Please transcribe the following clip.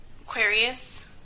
Aquarius